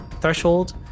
threshold